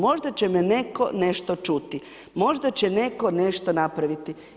Možda će me neko nešto čuti, možda će neko nešto napraviti.